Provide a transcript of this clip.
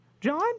John